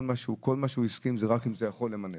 כל מה שהוא הסכים, זה רק אם זה יכול למנף.